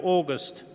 August